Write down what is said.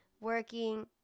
working